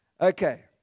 Okay